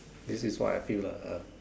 this is what I feel lah ah